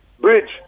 Bridge